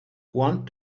want